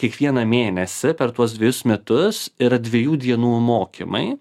kiekvieną mėnesį per tuos dvejus metus yra dviejų dienų mokymai